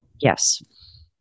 yes